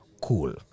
Cool